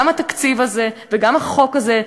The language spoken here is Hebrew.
גם התקציב הזה וגם החוק הזה,